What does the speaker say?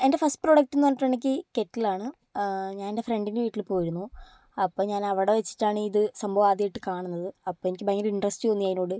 എൻ്റെ first product എന്നു പറഞ്ഞിട്ടുണ്ടെങ്കിൽ കെറ്റിലാണ് ഞാൻ എൻ്റെ ഫ്രണ്ടിൻ്റെ വീട്ടിൽ പോയിരുന്നു അപ്പം ഞാൻ അവിടെ വെച്ചിട്ടാണ് ഇത് സംഭവം ആദ്യമായിട്ടു കാണുന്നത് അപ്പം എനിക്ക് ഭയങ്കര ഇൻട്രസ്റ്റ് തോന്നി അതിനോട്